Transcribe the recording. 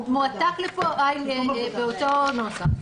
מועתק לפה באותו נוסח.